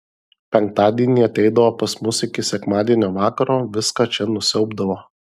penktadienį ateidavo pas mus iki sekmadienio vakaro viską čia nusiaubdavo